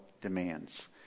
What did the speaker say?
demands